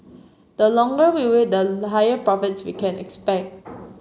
the longer we wait the higher profits we can expect